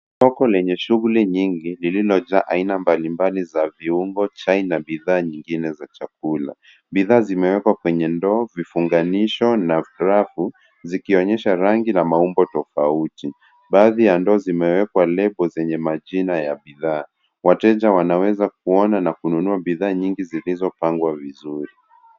Soko lenye shughuli nyingi lililojaa aina mbalimbali za viungo, chai na bidhaa nyingine za chakula. Bidhaa zimewekwa kwenye ndoo, vifunganisho na rafu zikionyesha rangi na maumbo tofauti. Baadhi ya ndoo zimewekwa lebo zenye majina ya bidhaa. Wateja wanaweza kuona na kununua bidhaa nyingi zilizopangwa vizuri.